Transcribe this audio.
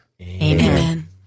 Amen